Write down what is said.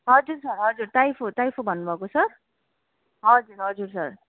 हजुर सर हजुर टाइफो टाइफो भन्नुभएको सर हजुर हजुर सर